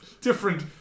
different